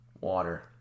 Water